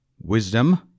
wisdom